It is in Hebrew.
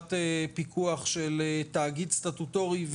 פעולת פיקוח של תאגיד סטטוטורי.